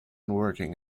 working